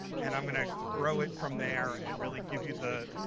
and i'm going to grow it from there and really give you the,